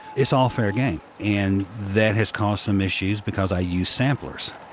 it's all fair game. and that has caused some issues because i use samplers.